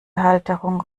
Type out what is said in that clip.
halterung